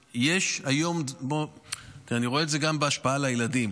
תראה, אני רואה את זה גם בהשפעה על הילדים.